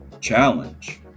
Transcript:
challenge